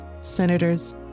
senators